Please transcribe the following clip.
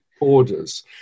orders